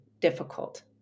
difficult